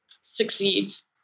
succeeds